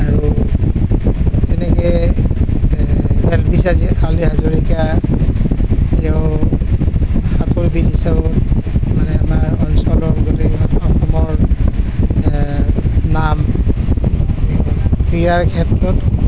আৰু তেনেকৈ এলভিছ আলী হাজৰিকা তেওঁ সাঁতোৰবিদ হিচাপে মানে আমাৰ অঞ্চলৰ গোটেই অসমৰ নাম এই ক্ৰীড়াৰ ক্ষেত্ৰত